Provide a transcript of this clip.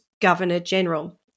Governor-General